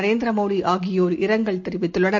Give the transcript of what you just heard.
நரேந்திரமோடிஆகியோர் இரங்கல் தெரிவித்துள்ளனர்